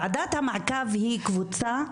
ועדת המעקב היא קבוצה,